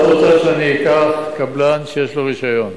את רוצה שאני אקח קבלן שיש לו רשיון,